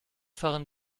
fahren